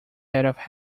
instead